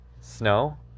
snow